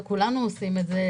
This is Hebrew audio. וכולנו עושים את זה,